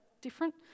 different